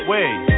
Wait